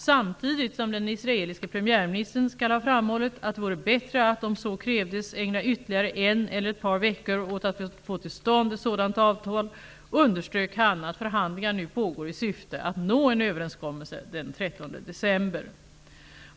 Samtidigt som den israeliske premiärministern skall ha framhållit att det vore bättre att om så krävdes ägna ytterligare en eller ett par veckor åt att få till stånd ett sådant avtal, underströk han att förhandlingar nu pågår i syfte att nå en överenskommelse den 13 december.